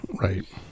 right